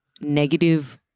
negative